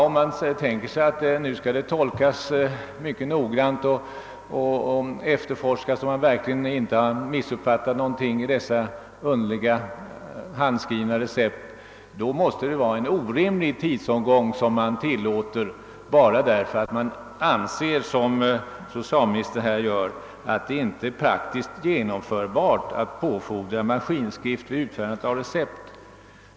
Om alla dessa skall kontrolleras noggrant, så att det inte kan bli några missuppfattningar på grund av svårläst handstil, blir det enligt min mening en orimlig tidsåtgång. Och hela denna apparat måste till bara därför att man — som socialministern säger — inte anser det vara praktiskt genomförbart att kräva att läkarna alltid skall använda maskinskrift vid utfärdandet av recept.